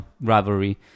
rivalry